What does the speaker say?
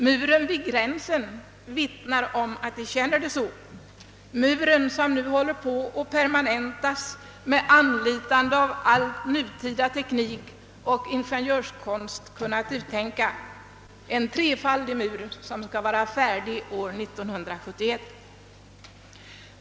Muren vid gränsen vittnar därom, den mur som håller på att permanentas med anlitande av allt vad nutida teknik och ingenjörskonst kan uttänka — en trefaldig mur som skall vara färdig år 1971.